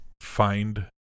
find